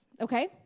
okay